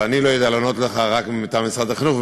אני יודע לענות לך רק מטעם משרד החינוך,